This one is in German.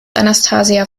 anastasia